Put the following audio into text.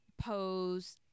pose